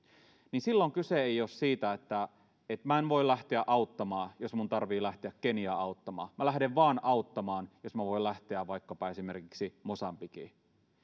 niin silloin kyse ei ole siitä että että minä en voi lähteä auttamaan jos minun tarvitsee lähteä keniaan auttamaan minä lähden auttamaan vain jos minä voin lähteä vaikkapa esimerkiksi mosambikiin